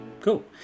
cool